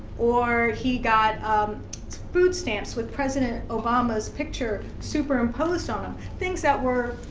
or he got um food stamps with president obama's picture superimposed on them, things that were,